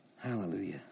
Hallelujah